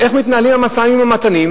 איך מתנהלים המשאים-ומתנים?